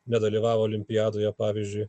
nedalyvavo olimpiadoje pavyzdžiui